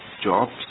jobs